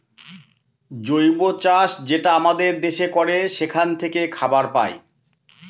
জৈব চাষ যেটা আমাদের দেশে করে সেখান থাকে খাবার পায়